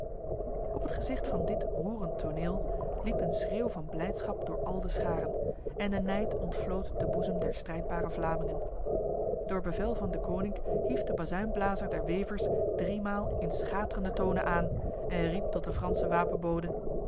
op het gezicht van dit roerend toneel liep een schreeuw van blijdschap door al de scharen en de nijd ontvlood de boezem der strijdbare vlamingen door bevel van deconinck hief de bazuinblazer der wevers driemaal in schaterende tonen aan en riep tot de franse